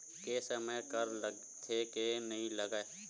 के समय कर लगथे के नइ लगय?